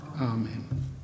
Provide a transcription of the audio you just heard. Amen